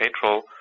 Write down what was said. petrol